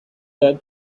that